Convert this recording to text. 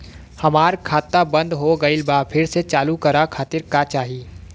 हमार खाता बंद हो गइल बा फिर से चालू करा खातिर का चाही?